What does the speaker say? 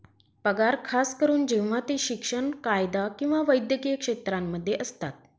पगार खास करून जेव्हा ते शिक्षण, कायदा किंवा वैद्यकीय क्षेत्रांमध्ये असतात